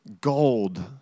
gold